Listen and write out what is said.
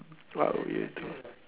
what would you do